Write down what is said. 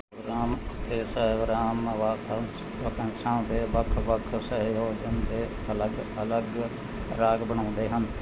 ਵਿਰਾਮ ਅਤੇ ਸਹਿ ਵਿਰਾਮ ਵਾਕੰਸ਼ ਵਾਕੰਸ਼ਾਂ ਦੇ ਵੱਖ ਵੱਖ ਸੰਯੋਜਨ ਦੇ ਅਲੱਗ ਅਲੱਗ ਰਾਗ ਬਣਾਉਂਦੇ ਹਨ